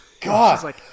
God